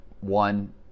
one